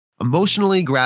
emotionally